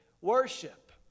worship